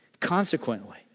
Consequently